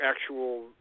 actual